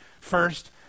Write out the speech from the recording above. first